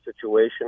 situation